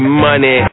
money